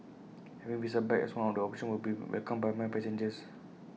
having visa back as one of the options will be welcomed by my passengers